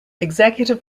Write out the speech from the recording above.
executive